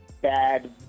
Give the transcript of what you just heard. bad